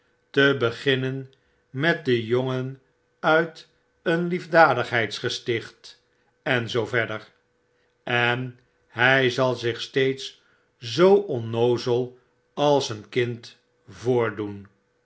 te beginnen met den jongen uit een liefdadigheidsgesticht en zoo verder en hij zal zich steeds zoo onnoozel als een kind voordoen